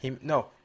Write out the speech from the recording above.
No